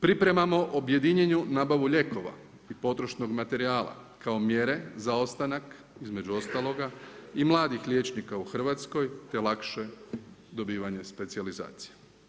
Pripremamo objedinjenu nabavu lijekova i potrošnog materijala kao mjere za ostanak između ostaloga i mladih liječnika u Hrvatskoj te lakše dobivanje specijalizacije.